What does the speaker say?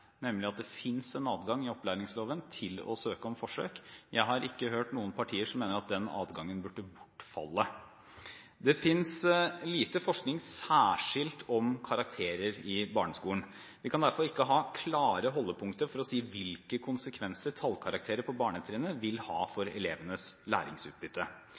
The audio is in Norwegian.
nemlig at det finnes en adgang i opplæringsloven til å søke om forsøk. Jeg har ikke hørt at noen partier mener at den adgangen burde bortfalle. Det finnes lite forskning særskilt om karakterer i barneskolen. Vi har derfor ikke klare holdepunkter for å si hvilke konsekvenser tallkarakterer på barnetrinnet vil ha for elevenes læringsutbytte.